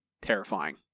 Terrifying